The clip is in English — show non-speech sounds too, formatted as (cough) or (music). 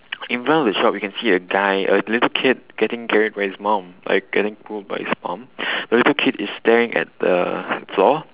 (noise) in front of the shop we can see a guy a little kid getting carried by his mom like getting pulled by his mom (breath) the little kid is staring at the floor